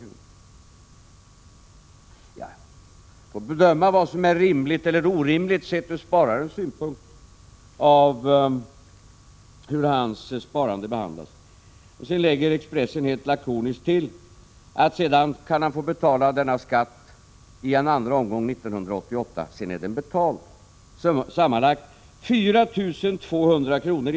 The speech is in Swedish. Man får väl bedöma vad som är rimligt eller orimligt, sett ur spararens synpunkt, för hur hans sparande behandlas. Expressen tillägger helt lakoniskt att han kan få betala denna skatt i en andra omgång 1988. Sedan är den betald. Han får alltså betala sammanlagt 4 200 kr.